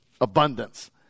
abundance